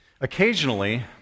Occasionally